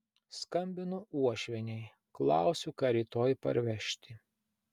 skambinu uošvienei klausiu ką rytoj parvežti